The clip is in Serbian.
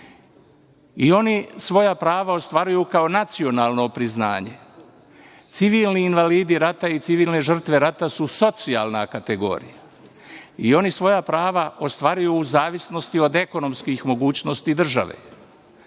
Oni svoja prava ostvaruju kao nacionalno priznanje. Civilni invalidi rata i civilne žrtve rata su socijalna kategorija i oni svoja prava ostvaruju u zavisnosti od ekonomskih mogućnosti države.